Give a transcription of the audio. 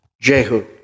Jehu